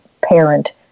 parent